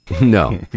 No